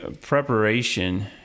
preparation